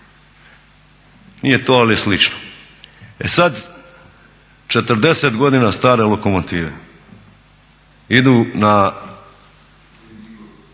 Nije to, ali je slično. E sad, 40 godina stare lokomotive idu na